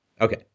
Okay